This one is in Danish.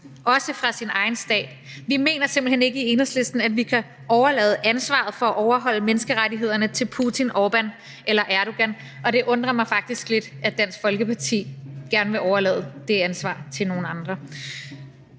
også fra sin egen stat. Vi mener simpelt hen ikke i Enhedslisten, at vi kan overlade ansvaret for at overholde menneskerettighederne til Putin, Orbán eller Erdogan, og det undrer mig faktisk lidt, at Dansk Folkeparti gerne vil overlade det ansvar til nogle andre.